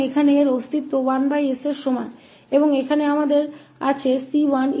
और यहाँ इसका अस्तित्व 1sके बराबर है और यहाँ हमारे पास c1esx है